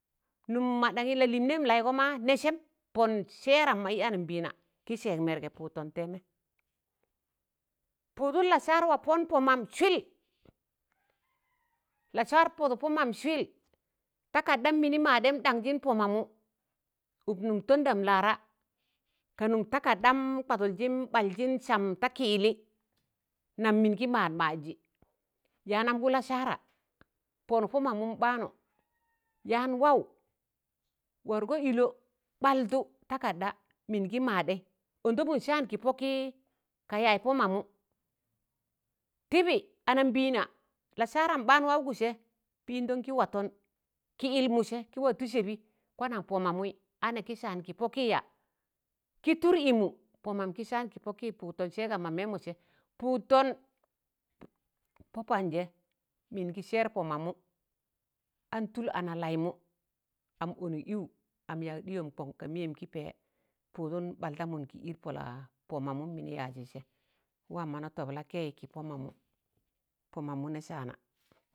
Nụụm ma ɗaṇyi lalịịnẹịyụm laịgọ ma, nẹ sẹm pọn sẹẹram mọ, ị anambịịna kị sẹg mẹrgẹ pụụdtọn tẹẹmẹ pụụdụn lasara wa pọn pọ man swịl lasar pọnụk pọ mam swịl, takardam mịnị maadẹm ɗanjịn pọ mamụ ụk nụm tandọm laara, ka nụm takarḍam kwadụlgịm ɓaljịn sam da kị yịllị nam mịn gị maad maadsị yanamgụ lasara pọnụk pọ mamụm baanụ yan wawụ wargọ ịlọ ɓaltụ takarda mịn gị maadẹ andọmụn saan kị pọkị ka yaz pọ mamụ tịbị anambịịna lasaram ɓaan wawụgụ sẹ pịndọn gị watọn, ki yịlmụ sẹ ki watụ sẹbi kwanaṇ pọ ma mụi a nẹ kị saan kị pọkị ya? kị tụr ịmụ pọ mamụ kị saan kị pọkị pụụdtọn sẹgam mọ mẹmọ sẹ, pụụdtọn pọ-pand jẹ mịn gị sẹẹr pọ mamụ an tụl ana laịmụ am ọnụk ịwụ, am yak ɗịyọm kọṇ ka mịyẹm kị pẹ, pụụdọn ɓaldamụn kị ịd pọla, pọ mamụm mịnị yajị sẹ, a wam mọ na tọb lakẹị kị pọ mamụ. pọ mamu̱ ne saana.